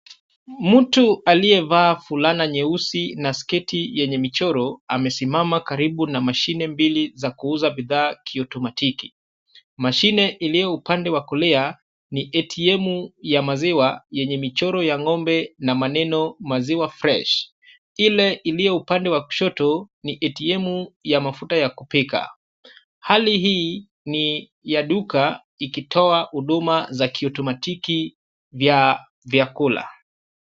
Mtu aliyevaa fulana nyeusi na sketi yenye michoro amesimama karibu na mashini mbili za kuuza bidhaa kiutomatiki. Mashini iliyo upande wa kulia ni ATM ya maziwa yenye michoro ya ng'ombe na maneno maziwa fresh . Upande wa kushoto ni ATM ya mafuta ya kupika. Hali hii ni ya duka ikitoa huduma za kiutomatiki vya vyakula.